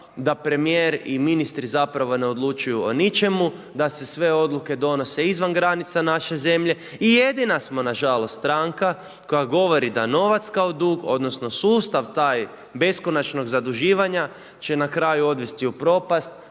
da premijer i ministri zapravo ne odlučuju o ničemu, da se sve odluke donose izvan granica naše zemlje i jedina smo nažalost stranka koja govori da novac kao dug odnosno sustav taj beskonačnog zaduživanja će na kraju dovesti u propast,